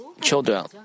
children